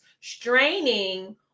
straining